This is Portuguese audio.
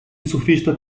surfista